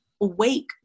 awake